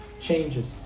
changes